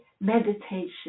meditation